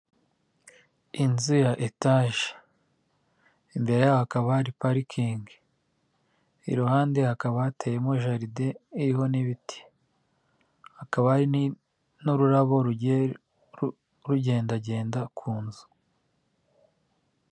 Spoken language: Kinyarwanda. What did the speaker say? Inzu ya etaje, imbere hakaba hari parikingi, iruhande hakaba hateyemo jaride iriho n'ibiti, hakaba hari n'ururabo rugendagenda ku nzu.